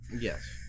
yes